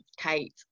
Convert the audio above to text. Kate